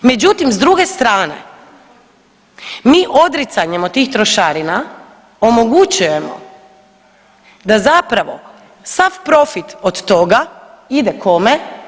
Međutim, s druge strane mi odricanjem od tih trošarina omogućujemo da zapravo sav profit od toga ide kome?